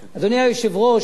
אדוני היושב-ראש,